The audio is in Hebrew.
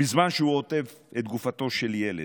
בזמן שהוא עוטף את גופתו של ילד.